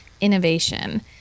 innovation